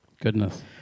Goodness